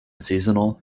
seasonal